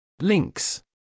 Links